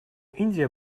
индия